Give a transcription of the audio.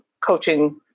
coaching